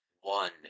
one